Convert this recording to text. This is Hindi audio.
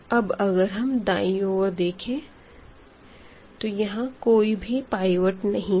अब अगर हम दायीं ओर देखें तो यहां कोई भी पाइवट नहीं है